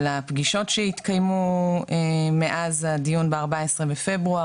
על הפגישות שהתקיימו מאז הדיון ב-14 בפברואר,